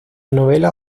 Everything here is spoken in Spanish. novela